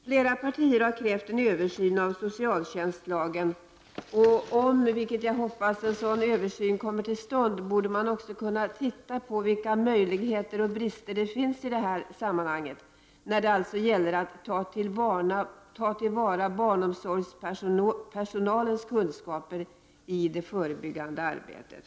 Flera partier har krävt en översyn av socialtjänstlagen och om, vilket jag hoppas, en sådan översyn kommer till stånd borde man kunna studera vilka möjligheter och brister som finns i det här sammanhanget. Det gäller ju att ta till vara barnomsorgspersonalens kunskaper i det förebyggande arbetet.